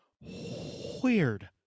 weird